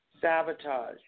sabotage